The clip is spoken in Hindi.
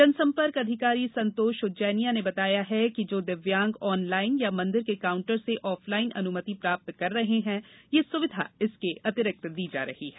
जनसंपर्क अधिकारी संतोष उज्जैनिया ने बताया कि जो दिव्यांग ऑनलाइन या मंदिर के काउंटर से ऑफलाइन अनुमति प्राप्त कर रहे हैं यह सुविधा इसके अतिरिक्त दी जा रही है